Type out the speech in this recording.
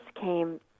came